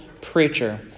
preacher